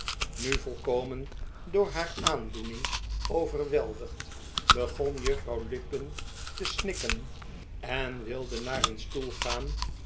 nu volkomen door haar aandoening overweldigd begon juffrouw lupin te snikken en wilde naar een stoel gaan